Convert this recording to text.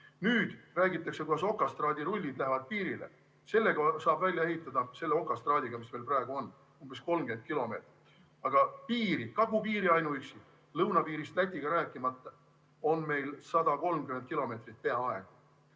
Nüüd räägitakse, kuidas okastraadirullid lähevad piirile. Sellega saab välja ehitada, selle okastraadiga, mis meil praegu on, umbes 30 kilomeetrit. Aga ainuüksi kagupiiri, lõunapiirist Lätiga rääkimata, on meil peaaegu